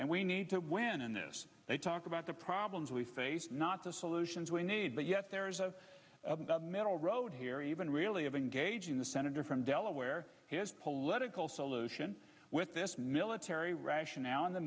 and we need to win and this they talk about the problems we face not the solutions we need but yes there is a middle road here even really engaging the senator from delaware his political solution with this military rationale in the